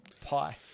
pie